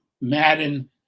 Madden